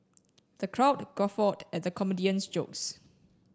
the crowd guffawed at the comedian's jokes